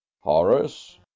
Horace